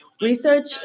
Research